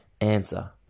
answer